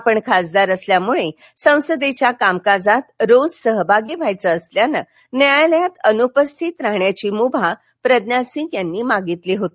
आपण खासदार असल्यामुळे संसदेच्या कामकाजात रोज सहभागी व्हायचं असल्यानं न्यायालयात अनुपस्थित राहण्याची मुभा प्रज्ञासिंग यांनी मागितली होती